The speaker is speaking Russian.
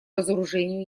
разоружению